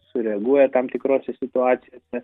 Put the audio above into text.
sureaguoja tam tikrose situacijose